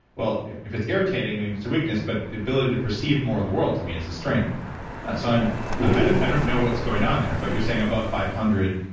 well if if it's irritating, maybe it's a weakness, but the ability to perceive more of the world to me is a strength so, i don't know what's going on there, but you're saying above five hundred,